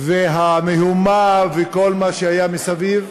והמהומה וכל מה שהיה מסביב.